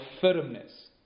firmness